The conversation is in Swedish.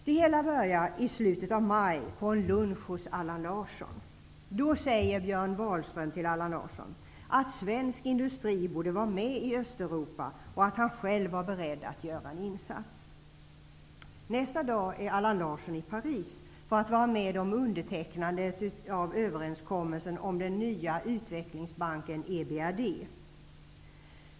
Det hela börjar i slutet av maj på en lunch hos Allan Larsson. Då säger Björn Wahlström till Allan Larsson att svensk industri borde vara med i Östeuropa och att han själv var beredd att göra en insats. Nästa dag är Allan Larsson i Paris för att vara med om undertecknandet av överenskommelsen om den nya utvecklingsbanken, EBRD.